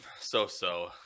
so-so